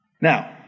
Now